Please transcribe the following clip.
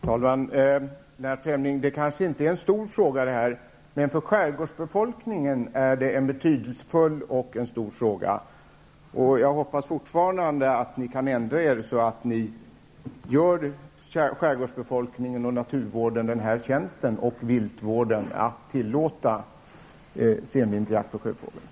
Herr talman! Det här kanske inte är en stor fråga, Lennart Fremling, men för skärgårdsbefolkningen är det en betydelsefull fråga. Jag hoppas fortfarande ni kan ändra er, så att ni gör skärgårdsbefolkningen, naturvården och viltvården tjänsten att tillåta senvinterjakt på sjöfågel.